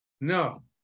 No